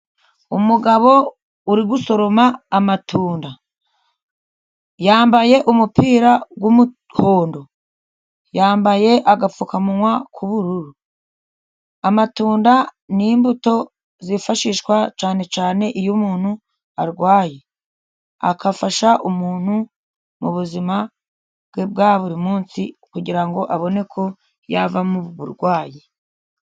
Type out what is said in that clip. Umugabo uri gusoroma amatunda ,yambaye umupira w'umuhondo ,yambaye agapfukamunwa k'ubururu, amatunda n'imbuto zifashishwa cyane cyane iyo umuntu arwaye ,agafasha umuntu mu buzima bwe bwa buri munsi ,kugirango ngo abone ko yava mu burwayi.